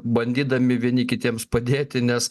bandydami vieni kitiems padėti nes